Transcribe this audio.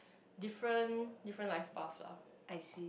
different different life path lah